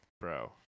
bro